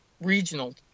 regional